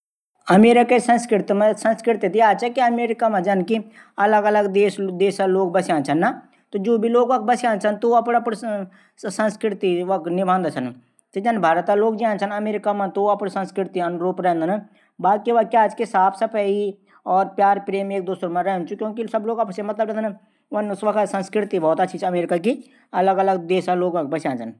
तुम बहुत परेशान लगणा छा सब ठिक त च ना हाँ ठिक भी कख चा आजकल कई चीजो की परेशानी अईं घार मा आजकल थूडा पैसो भी कमी हुई चा ज्यान मि परेशान रैंदू बहुत ज्यादा। कर्ज भी हूंई बहुत ज्यादा। यान मेथे टैसन रैंदी मेथे। वन मि कनू छै छो इन उने बिटे कर दू मि ठीक ठाक ।परिवार भी बडू हवेग्या ई। अब बेटी भी विवाण जुगा। तब कन पुडुद इन उने।